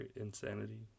insanity